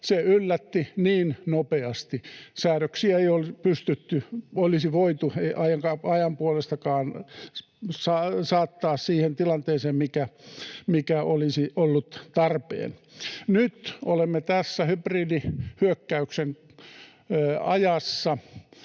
se yllätti niin nopeasti. Säädöksiä ei olisi voitu ajan puolestakaan saattaa siihen tilanteeseen, mikä olisi ollut tarpeen. Nyt olemme tässä hybridihyökkäyksen ajassa,